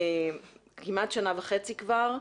כמעט שנה וחצי כבר,